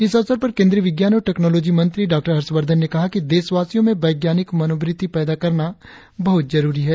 इस अवसर पर केंद्रीय विज्ञान और टेक्नोलोजी मंत्री डॉक्टर हर्षवर्धन ने कहा कि देशवासियों में वैज्ञानिक मनोवृत्ति पैदा करना बहुत जरुरी है